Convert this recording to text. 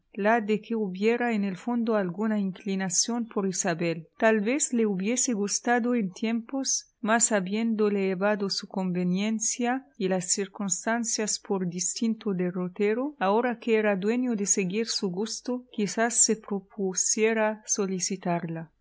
de que hubiera en el fondo alguna inclinación por isabel tal vez le hubiese gustado en tiempos mas habiéndole llevado su conveniencia y las circunstancias por distinto derrotero ahora que era dueño de seguir su gusto quizás se propusiera